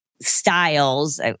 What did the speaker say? styles